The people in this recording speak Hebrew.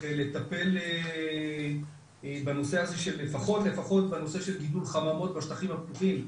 לטפל בנושא הזה של לפחות גידול חממות בשטחים הפתוחים,